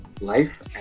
life